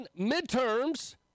midterms